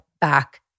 back